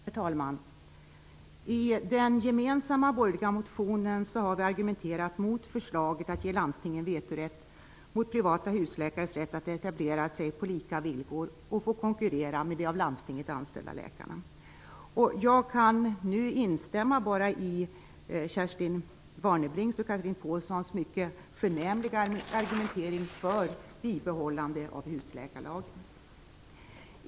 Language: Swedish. Herr talman! I den gemensamma borgerliga motionen har vi argumenterat mot förslaget att ge landstingen vetorätt när det gäller privata husläkares rätt att etablera sig på lika villkor och få konkurrera med de av landstinget anställda läkarna. Jag kan bara instämma i Kerstin Warnerbrings och Chatrine Pålssons mycket förnämliga argumentering för bibehållande av husläkarlagen.